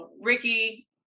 Ricky